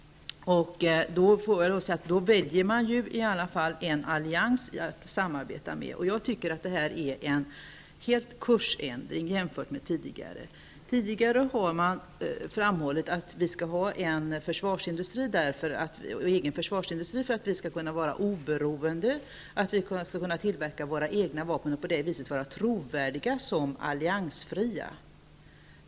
Då väljer man trots allt att samarbeta med en allians. Jag tycker att detta är att helt ändra kursen jämfört med vad som gällt tidigare. Förut har ju framhållits att vi skall ha en egen försvarsindustri för att vi skall kunna vara oberoende och för att vi själva skall kunna tillverka våra vapen. På det sättet skall vi kunna vara trovärdiga när det gäller vår alliansfrihet.